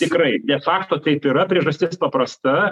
tikrai de fakto taip yra priežastis paprasta